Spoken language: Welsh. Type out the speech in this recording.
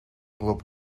glwb